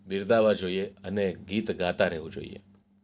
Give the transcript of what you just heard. બિરદાવવા જોઈએ અને ગીત ગાતા રહેવું જોઈએ